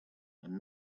and